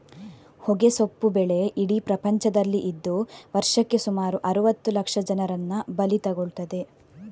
ಹೊಗೆಸೊಪ್ಪು ಬೆಳೆ ಇಡೀ ಪ್ರಪಂಚದಲ್ಲಿ ಇದ್ದು ವರ್ಷಕ್ಕೆ ಸುಮಾರು ಅರುವತ್ತು ಲಕ್ಷ ಜನರನ್ನ ಬಲಿ ತಗೊಳ್ತದೆ